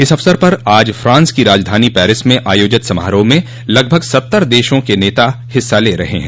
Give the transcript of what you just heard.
इस अवसर पर आज फ्रांस की राजधानी पेरिस में आयोजित समारोह में लगभग सत्तर देशों के नेता हिस्सा ले रहे हैं